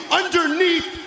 underneath